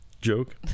joke